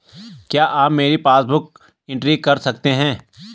क्या आप मेरी पासबुक बुक एंट्री कर सकते हैं?